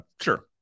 sure